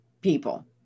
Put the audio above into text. people